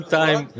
time